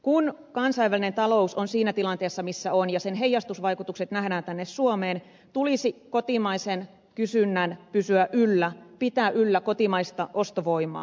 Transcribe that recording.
kun kansainvälinen talous on siinä tilanteessa missä on ja sen heijastusvaikutukset tänne suomeen nähdään tulisi kotimaisen kysynnän pysyä yllä pitää yllä kotimaista ostovoimaa